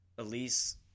Elise